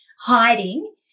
hiding